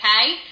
okay